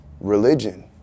religion